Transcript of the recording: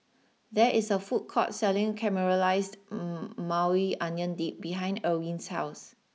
there is a food court selling Caramelized Maui Onion Dip behind Erwin's house